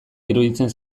iruditzen